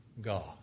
God